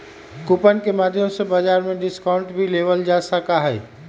coupon के माध्यम से बाजार में डिस्काउंट भी लेबल जा सका हई